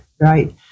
Right